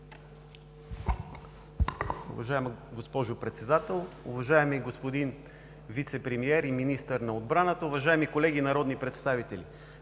Уважаема госпожо Председател, уважаеми господин Вицепремиер и Министър на отбраната! Уважаеми колеги, народни представители,